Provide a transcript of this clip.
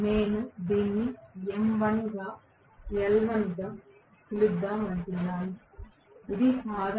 నేను దీన్ని M1 గా ఇది L1 గా పిలుద్దాం అంటున్నాను ఇది సాధారణం 1 ఇది V1